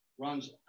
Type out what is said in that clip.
runs